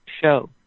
show